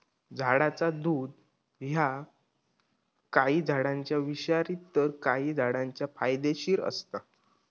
झाडाचा दुध ह्या काही झाडांचा विषारी तर काही झाडांचा फायदेशीर असता